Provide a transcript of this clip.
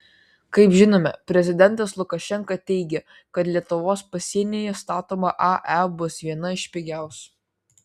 kaip žinome prezidentas lukašenka teigia kad lietuvos pasienyje statoma ae bus viena iš pigiausių